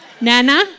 Nana